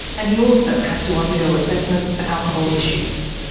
and he also has to undergo assessment for alcohol issues.